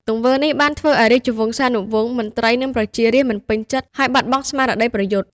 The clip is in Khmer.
ទង្វើនេះបានធ្វើឱ្យរាជវង្សានុវង្ស មន្ត្រី និងប្រជារាស្ត្រមិនពេញចិត្ត ហើយបាត់បង់ស្មារតីប្រយុទ្ធ។